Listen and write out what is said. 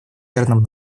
верном